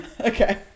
Okay